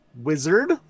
wizard